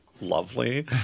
lovely